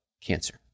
cancer